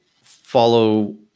follow